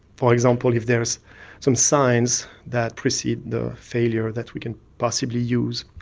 for example, if there is some signs that precede the failure that we can possibly use.